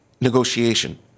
negotiation